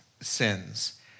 sins